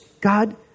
God